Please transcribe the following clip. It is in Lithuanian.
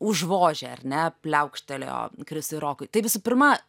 užvožė ar ne pliaukštelėjo krisui rokui tai visų pirma